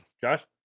Josh